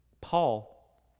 Paul